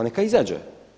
Neka izađe.